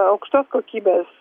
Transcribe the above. a aukštos kokybės